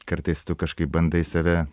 kartais tu kažkaip bandai save